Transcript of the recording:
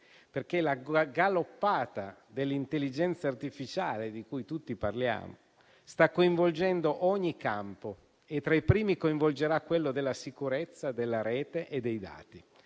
perché la galoppata dell'intelligenza artificiale, di cui tutti parliamo, sta coinvolgendo ogni campo e tra i primi coinvolgerà quello della sicurezza, della rete e dei dati.